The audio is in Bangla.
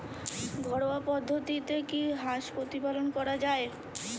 ঘরোয়া পদ্ধতিতে কি হাঁস প্রতিপালন করা যায়?